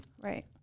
right